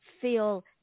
feel